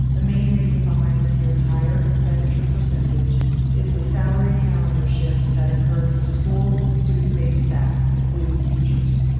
the main reason behind this year's higher expenditure percentage is the salary calendar shift that occurred for school and student-based staff, including teachers.